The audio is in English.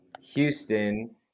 Houston